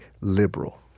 liberal